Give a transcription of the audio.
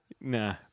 Nah